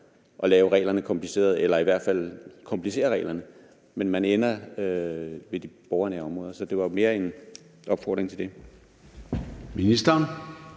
at lave reglerne komplicerede eller i hvert fald komplicere reglerne. Man ender med at spare på de borgernære områder. Det var mere en betragtning på det